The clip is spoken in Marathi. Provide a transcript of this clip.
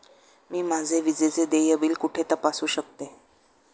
मी माझे विजेचे देय बिल कुठे तपासू शकते?